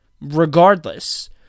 Regardless